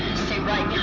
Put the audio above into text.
stay right